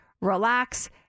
relax